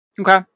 Okay